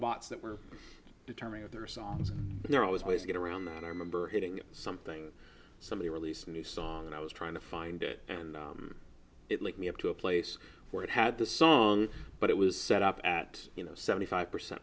dots that were determined other songs there are always ways to get around that i remember getting something somebody released a new song and i was trying to find it and it let me up to a place where it had the song but it was set up at you know seventy five percent